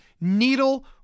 needle